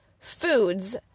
foods